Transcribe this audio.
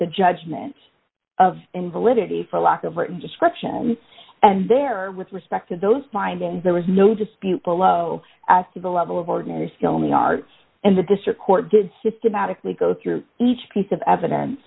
the judgment of invalidity for lack of description and there are with respect to those findings there was no dispute below the level of ordinary skill in the arts and the district court did systematically go through each piece of evidence